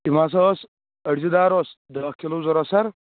یِم ہسا ٲس أڑجہِ دار اوس دہ کلوٗ ضروٗرت سَر